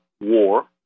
war